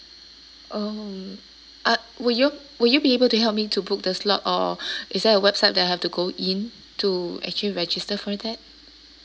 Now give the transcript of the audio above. oh uh would you would you be able to help me to book the slot or is there a website that I have to go in to actually register for that